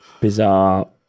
bizarre